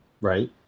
Right